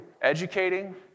educating